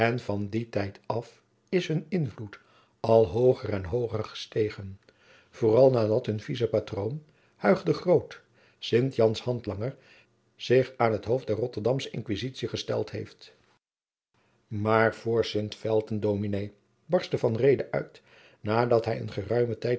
van dien tijd af is hun invloed al hooger en hooger gestegen vooral nadat hun vice patroon huig de groot sint jans handlanger zich aan het hoofd der rotterdamsche inquisitie gesteld heeft maar voor sint felten dominé barstte van reede uit nadat hij een geruimen tijd